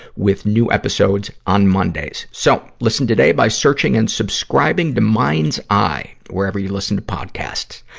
with new episodes on mondays, so, listen today by searching and subscribing to mind's eye, wherever you listen to podcasts.